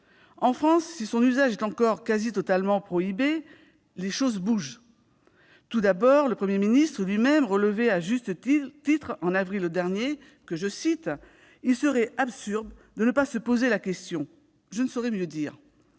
En France, si l'usage de celui-ci est encore quasi totalement prohibé, les choses bougent. Tout d'abord, le Premier ministre lui-même relevait à juste titre en avril dernier qu'« il serait absurde de ne pas se poser la question ». Je ne saurais mieux dire !